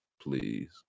please